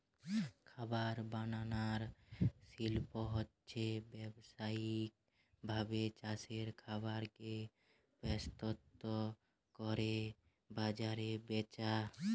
খাবার বানানার শিল্প হচ্ছে ব্যাবসায়িক ভাবে চাষের খাবার কে প্রস্তুত কোরে বাজারে বেচা